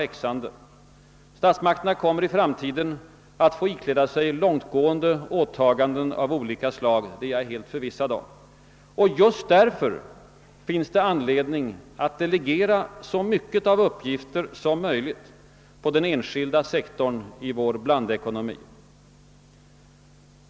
Jag är helt förvissad om att statsmakterna i framtiden kommer att få ikläda sig långtgående åtaganden av olika slag, och just därför finns det anledning att delegera så många uppgifter som möjligt på den enskilda sektorn i vår blandekonomi.